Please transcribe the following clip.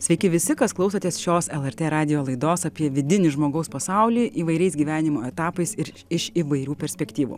sveiki visi kas klausotės šios lrt radijo laidos apie vidinį žmogaus pasaulį įvairiais gyvenimo etapais ir iš įvairių perspektyvų